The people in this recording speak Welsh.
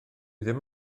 ddim